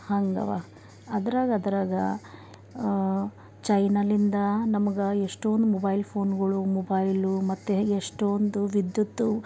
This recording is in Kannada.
ಹಂಗವ ಅದ್ರಾಗ ಅದ್ರಾಗ ಚೈನಲಿಂದ ನಮಗೆ ಎಷ್ಟೊಂದು ಮೊಬೈಲ್ ಫೋನ್ಗಳು ಮೊಬೈಲು ಮತ್ತು ಎಷ್ಟೊಂದು ವಿದ್ಯುತ್